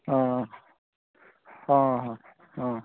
ହଁ ହଁ ହଁ ହଁ